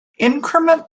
increment